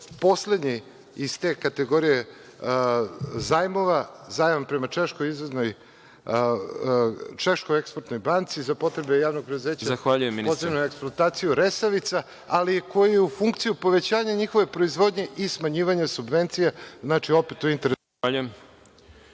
poslednji iz te kategorije zajmova, zajam prema Češkoj eksportnoj banci za potrebe javnog preduzeća Resavica, ali u funkciju povećanja njihove proizvodnje i smanjivanja subvencija. Znači, opet u interesu